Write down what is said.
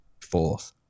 fourth